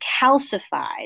calcified